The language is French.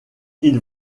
ils